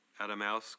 Adamowski